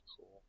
Cool